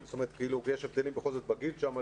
יש הבדלים בכל זאת בגיל שם,